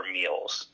meals